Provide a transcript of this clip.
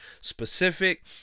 specific